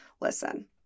listen